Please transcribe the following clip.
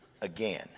again